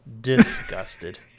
disgusted